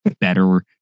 better